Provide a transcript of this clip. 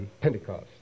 Pentecost